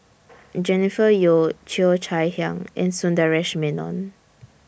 Jennifer Yeo Cheo Chai Hiang and Sundaresh Menon